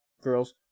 girls